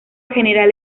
general